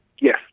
Yes